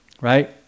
right